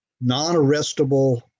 non-arrestable